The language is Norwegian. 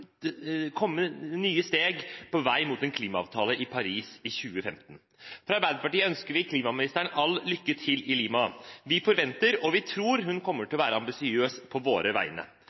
komme nye steg på vei mot en klimaavtale i Paris i 2015. Fra Arbeiderpartiets side ønsker vi klimaministeren all mulig lykke til i Lima. Vi forventer – og tror – at hun kommer til å være ambisiøs på våre